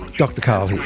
dr karl here.